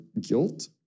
guilt